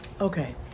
Okay